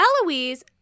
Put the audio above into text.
Eloise